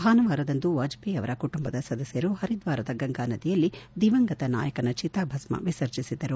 ಭಾನುವಾರದಂದು ವಾಜಪೇಯಿ ಅವರ ಕುಟುಂಬದ ಸದಸ್ಲರು ಹರಿದ್ದಾರದ ಗಂಗಾನದಿಯಲ್ಲಿ ದಿವಂಗತ ನಾಯಕನ ಚಿತಾಭಸ್ಮವನ್ನು ವಿಸರ್ಜಿಸಿದ್ದರು